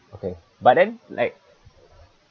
okay but then like